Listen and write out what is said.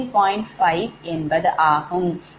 5